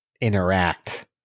interact